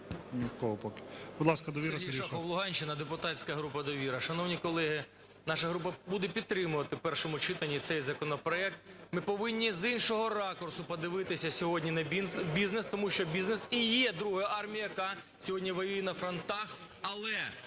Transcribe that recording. Нікого поки. Будь ласка, "Довіра", Сергій Шахов. 14:01:00 ШАХОВ С.В. Сергій Шахов, Луганщина, депутатська група "Довіра". Шановні колеги, наша група буде підтримувати в першому читанні цей законопроект. Ми повинні з іншого ракурсу подивитися сьогодні на бізнес, тому що бізнес і є друга армія, яка сьогодні воює на фронтах, але